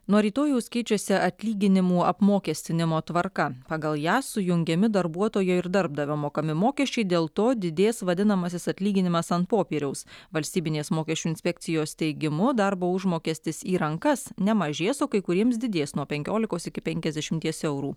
nuo rytojaus keičiasi atlyginimų apmokestinimo tvarka pagal ją sujungiami darbuotojo ir darbdavio mokami mokesčiai dėl to didės vadinamasis atlyginimas ant popieriaus valstybinės mokesčių inspekcijos teigimu darbo užmokestis į rankas nemažės o kai kuriems didės nuo penkiolikos iki penkiasdešimties eurų